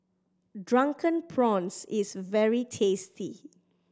Drunken Prawns is very tasty